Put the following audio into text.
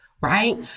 right